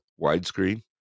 widescreen